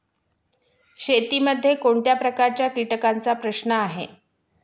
शेतीमध्ये कोणत्या प्रकारच्या कीटकांचा प्रश्न आहे?